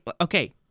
Okay